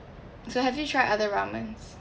so have you tried other ramen